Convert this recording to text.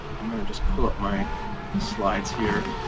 i'm going to just pull up my slides here.